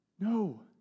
No